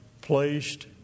placed